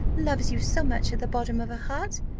loves you so much at the bottom of her heart?